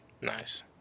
Nice